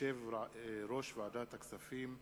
ליושב-ראש ועדת הכספים.